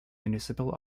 municipal